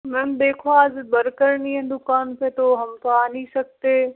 ma'am देखो आज worker नहीं है दुकान पे तो हम तो आ नहीं सकते